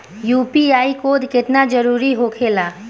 UPI code केतना जरुरी होखेला?